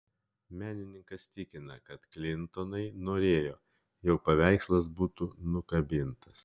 menininkas tikina kad klintonai norėjo jog paveikslas būtų nukabintas